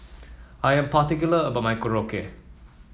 I am particular about my Korokke